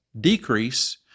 decrease